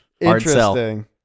Interesting